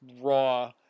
raw